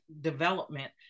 development